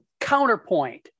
Counterpoint